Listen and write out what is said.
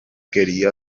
quería